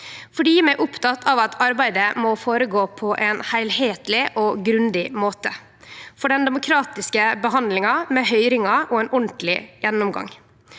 Vi er opptekne av at arbeidet må føregå på ein heilskapleg og grundig måte for den demokratiske behandlinga, med høyringar og ein ordentleg gjennomgang.